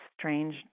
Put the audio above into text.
strange